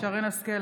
שרן מרים השכל,